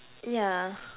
yeah